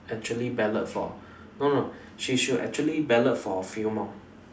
actually ballot for no no she should actually ballot for a few more